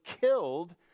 killed